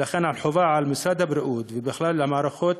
ולכן חובה על משרד הבריאות ובכלל על המערכות,